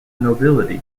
nobility